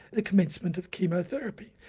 the commencement of chemotherapy.